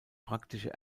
praktische